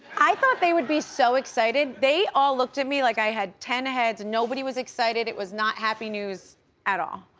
i thought they would be so excited. they all looked at me like i had ten heads, nobody was excited, it was not happy news at all.